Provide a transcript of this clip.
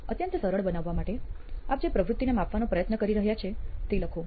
અત્યંત સરળ બનાવવા માટે આપ જે પ્રવૃતિને માપવાનો પ્રયત્ન કરી રહ્યા છો તે લખો